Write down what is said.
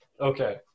Okay